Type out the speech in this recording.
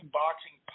boxing